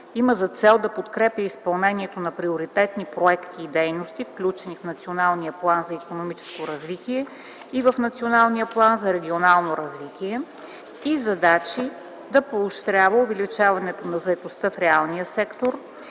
има за цел да подкрепя изпълнението на приоритетни проекти и дейности, включени в Националния план за икономическо развитие и в Националния план за регионално развитие и задачи да поощрява увеличаването на заетостта в реалния сектор;